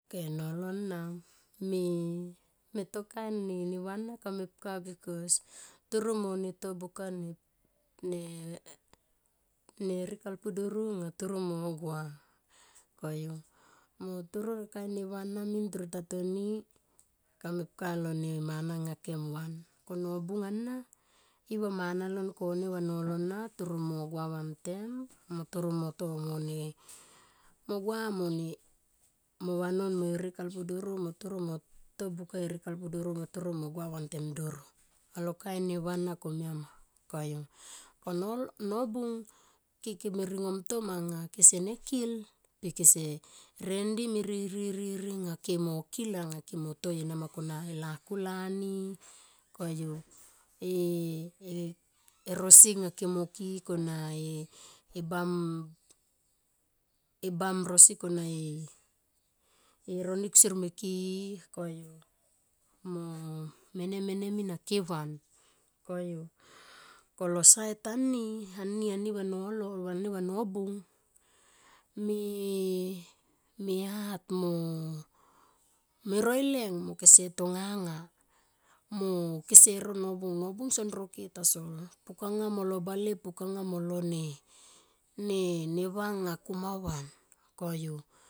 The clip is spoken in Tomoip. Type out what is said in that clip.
Ok nolo na me tokain ne neva ena kamepka bikos toro mone to buka ne herek alpudo anga toro mo gua. Koyu mo toro alo ne kain neva ana nuin toro ta toni ka mepka anga lo kain neva anga kem van ko nobung ana iva manalon kone o nolo ana toro mo gua vante mo toro mone gua mone mo vanon mo herek alpudoro mo to herek alpudoro mo toro mo gua vantem doro, alo kain neva ana komia nama koyu ko nolo nobung ke ke me ringomtom anga kese kil per kese redim e rie, rie, rie nga ke mo kil anga kemo toi enama kena e lakulani koyu e, e erosi anga kemo ki i koma e bam rosi kena e roni kusier me ki i koyu mo mene, mene, mene min a kevan koyu ko lo sait ani va nolo aniva nobung me hat mo me roleng mo kese tonga nga ma kese ro nobung, nobung son roke tasol puk anga mo lo bale pukanga molo ne, ne anga kumavan koyu.